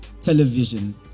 television